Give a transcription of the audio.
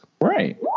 right